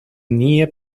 near